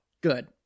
Good